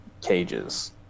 cages